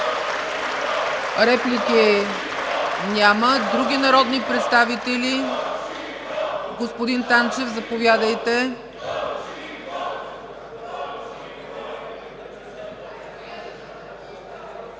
Реплики няма. Други народни представители? Господин Танчев, заповядайте.